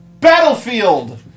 Battlefield